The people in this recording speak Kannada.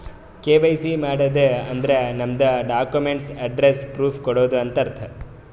ಕೆ.ವೈ.ಸಿ ಮಾಡದ್ ಅಂದುರ್ ನಮ್ದು ಡಾಕ್ಯುಮೆಂಟ್ಸ್ ಅಡ್ರೆಸ್ಸ್ ಪ್ರೂಫ್ ಕೊಡದು ಅಂತ್ ಅರ್ಥ